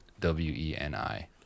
w-e-n-i